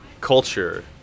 culture